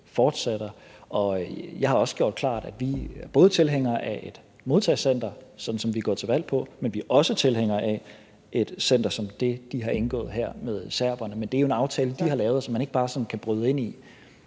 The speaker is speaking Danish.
fortsætter, og jeg har også gjort klart, at vi både er tilhængere af et modtagecenter, som vi går til valg på, men vi er også tilhængere af et center som det, de har indgået aftale om her med serberne. Men det er jo en aftale, de har lavet, og som man ikke bare sådan kan bryde ind i.